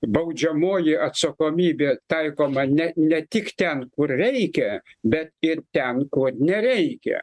baudžiamoji atsakomybė taikoma ne ne tik ten kur reikia bet ir ten kur nereikia